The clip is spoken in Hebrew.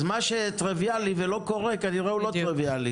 אז מה שטריוויאלי ולא קורה כנראה שהוא לא טריוויאלי.